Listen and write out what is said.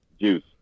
juice